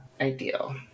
ideal